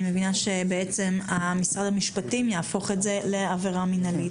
אני מבינה שמשרד המשפטים יהפוך את זה לעבירה מינהלית.